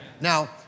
Now